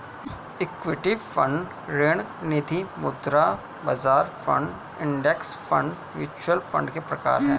equity fund ऋण निधिमुद्रा बाजार fund index fund mutual fund के प्रकार हैं